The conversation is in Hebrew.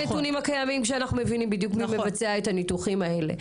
כשאנחנו מבינים בדיוק מי מבצע את הניתוחים האלה,